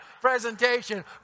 presentation